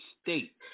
State